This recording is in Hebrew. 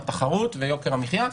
התחרות ויוקר המחיה,